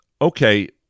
okay